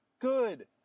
Good